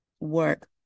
work